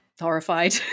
horrified